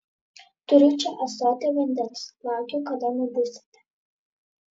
turiu čia ąsotį vandens laukiau kada nubusite